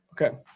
Okay